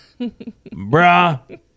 Bruh